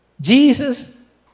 Jesus